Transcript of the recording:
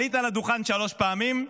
עלית לדוכן שלוש פעמים,